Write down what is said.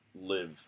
live